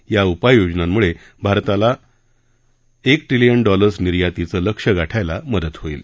या उपाययोजनांम्ळे भारताला एक ट्रिलियन डॉलर्स निर्यातीचं लक्ष्य गाठायला मदत होईल